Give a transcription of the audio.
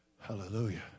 Hallelujah